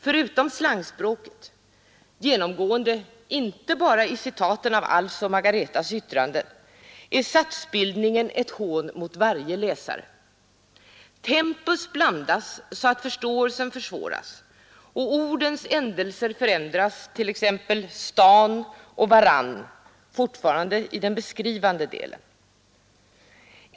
Förutom slangspråket — genomgående inte bara i citaten av Alfs och Margaretas yttranden — är satsbildningen ett hån mot varje läsare. Tempus blandas så att förståelsen försvåras och ordens ändelser förändras, t.ex. ”stan” och ”varann” — fortfarande i den beskrivande delen.